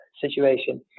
situation